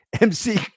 MC